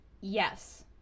yes